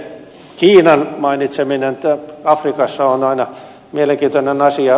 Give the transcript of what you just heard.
kiinan mainitseminen afrikassa on aina mielenkiintoinen asia